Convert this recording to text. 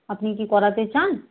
আপনি কি করাতে চান